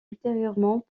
ultérieurement